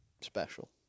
special